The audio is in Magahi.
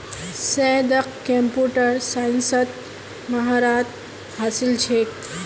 सैयदक कंप्यूटर साइंसत महारत हासिल छेक